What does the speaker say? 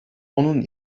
onun